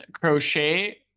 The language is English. Crochet